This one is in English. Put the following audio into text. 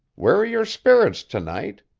where are your spirits to-night?